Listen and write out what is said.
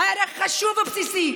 ערך חשוב ובסיסי.